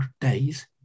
days